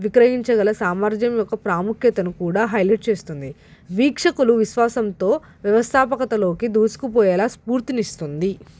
విక్రయించగల సామర్థ్యం యొక్క ప్రాముఖ్యతను కూడా హైలైట్ చేస్తుంది వీక్షకులు విశ్వాసంతో వ్యవస్థాపకతలోకి దూసుకుపోయేలా స్ఫూర్తినిస్తుంది